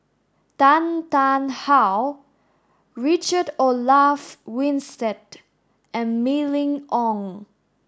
Tan Tarn How Richard Olaf Winstedt and Mylene Ong